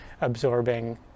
absorbing